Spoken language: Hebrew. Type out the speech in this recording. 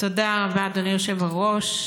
תודה רבה, אדוני היושב-ראש.